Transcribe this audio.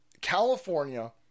California